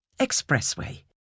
Expressway